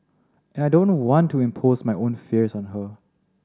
and I don't want to impose my own fears on her